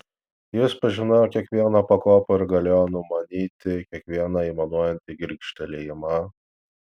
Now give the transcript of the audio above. jis pažinojo kiekvieną pakopą ir galėjo numatyti kiekvieną aimanuojantį girgžtelėjimą